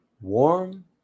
warm